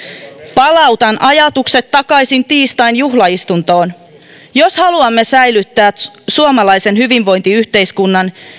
palautan ajatukset takaisin tiistain juhlaistuntoon jos haluamme säilyttää suomalaisen hyvinvointiyhteiskunnan